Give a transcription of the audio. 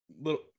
little